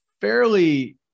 fairly